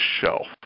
shelf